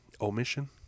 omission